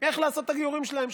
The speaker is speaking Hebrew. איך לעשות את הגיורים שלהם.